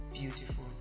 beautiful